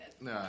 No